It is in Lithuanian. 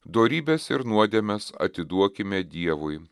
dorybes ir nuodėmes atiduokime dievui